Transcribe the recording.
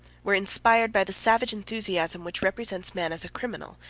were inspired by the savage enthusiasm which represents man as a criminal,